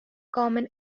common